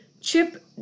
Chip